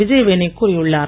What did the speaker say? விஜயவேணி கூறியுள்ளார்